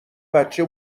بچه